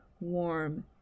warm